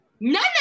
None